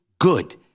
good